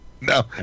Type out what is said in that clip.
No